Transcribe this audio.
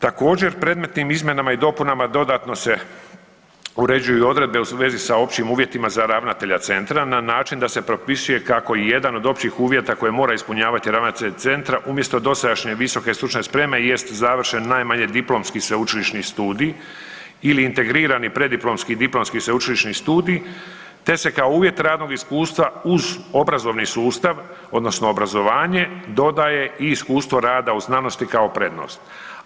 Također predmetnim izmjenama i dopunama dodatno se uređuju i odredbe u vezi sa općim uvjetima za ravnatelja centra na način da se propisuje kako je jedan od općih uvjeta koje mora ispunjavati ravnatelj centra umjesto dosadašnje visoke stručne spreme jest završen najmanje diplomski sveučilišni studij ili integrirani preddiplomski diplomski sveučilišni studij, te se kao uvjet radnog iskustva uz obrazovni sustav odnosno obrazovanje dodaje i iskustvo rada u znanosti kao prednost.